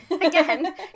again